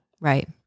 Right